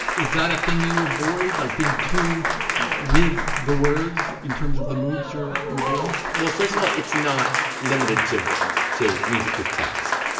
is that a thing you avoid like being too with the words in terms of the moves you're you're doing well first of all it's not limited to to music with text.